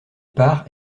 part